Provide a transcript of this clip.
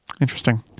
Interesting